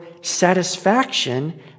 satisfaction